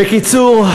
בקיצור,